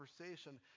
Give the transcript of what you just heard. conversation